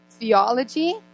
theology